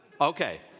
Okay